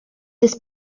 des